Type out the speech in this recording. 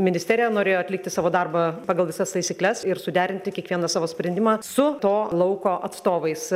ministerija norėjo atlikti savo darbą pagal visas taisykles ir suderinti kiekvieną savo sprendimą su to lauko atstovais